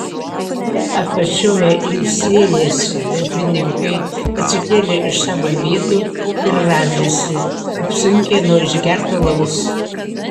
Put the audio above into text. apačioje ilsėjęsi darbininkai atsikėlė iš savo vietų ir rąžėsi apsunkę nuo išgerto alaus